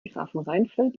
grafenrheinfeld